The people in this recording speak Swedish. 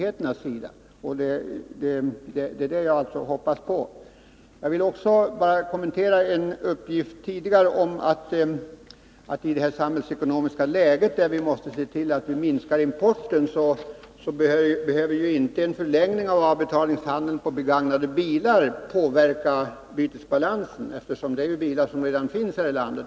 Det är alltså det jag hoppas på. Jag vill också kommentera ekonomiministerns uttalande om att det i nuvarande samhällsekonomiska läge är angeläget att se till att minska importen. I det sammanhanget vill jag betona att en förlängning av avbetalningstiden för begagnade bilar inte behöver påverka bytesbalansen, eftersom de bilar det gäller redan finns här i landet.